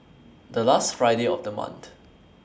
The last Friday of The month